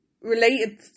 related